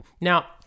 Now